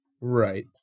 Right